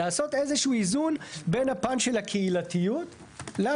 לעשות איזה שהוא איזון בין הפן של הקהילתיות לפן